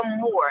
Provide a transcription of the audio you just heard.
more